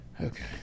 Okay